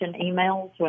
emails